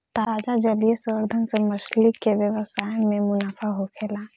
ताजा जलीय संवर्धन से मछली के व्यवसाय में मुनाफा होखेला